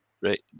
Right